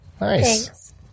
Nice